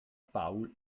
paul